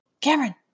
Cameron